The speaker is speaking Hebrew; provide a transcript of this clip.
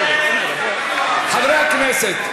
חברי הכנסת,